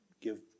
give